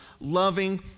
loving